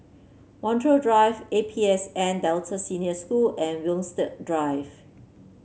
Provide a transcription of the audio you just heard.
Montreal Drive A P S N Delta Senior School and Winstedt Drive